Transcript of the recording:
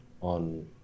on